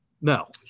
No